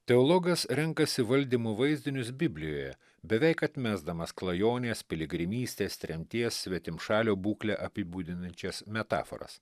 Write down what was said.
teologas renkasi valdymų vaizdinius biblijoje beveik atmesdamas klajonės piligrimystės tremties svetimšalio būklę apibūdinančias metaforas